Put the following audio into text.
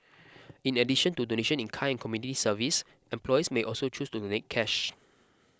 in addition to donation in kind community service employees may also choose to donate cash